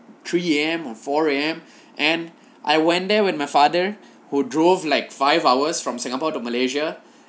three am or four am and I went there with my father who drove like five hours from singapore to malaysia